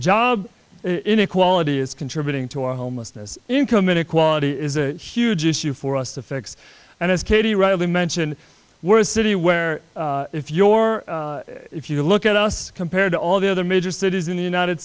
job in equality is contributing to our homelessness income inequality is a huge issue for us to fix and as katie rarely mentioned we're a city where if your if you look at us compared to all the other major cities in the united